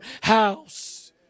house